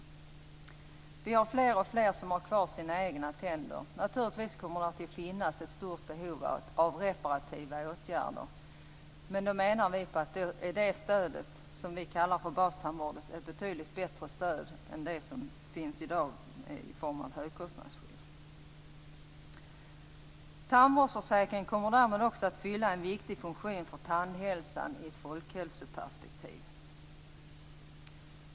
Fler och fler har kvar sina egna tänder. Naturligtvis kommer det alltid att finnas ett stort behov av reparativa åtgärder. Men vi menar att det stöd som vi kallar för bastandvård är ett betydligt bättre stöd än det som finns i dag i form av högkostnadsskydd. Tandvårdsförsäkringen kommer därmed också att fylla en viktig funktion för tandhälsan i ett folkhälsoperspektiv.